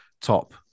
top